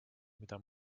mida